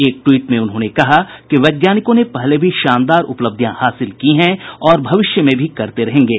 एक ट्वीट में उन्होंने कहा कि वैज्ञानिकों ने पहले भी शानदार उपलब्धियाँ हासिल की हैं और भविष्य में भी करते रहेंगे